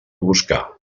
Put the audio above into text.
buscar